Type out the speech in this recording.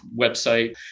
website